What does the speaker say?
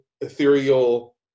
ethereal